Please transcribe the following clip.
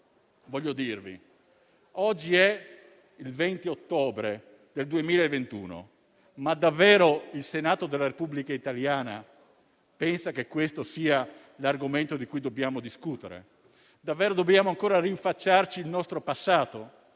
lo dimentichiamo. Oggi è il 20 ottobre 2021: ma davvero il Senato della Repubblica italiana pensa che questo sia l'argomento di cui dobbiamo discutere? Davvero dobbiamo ancora rinfacciarci il nostro passato?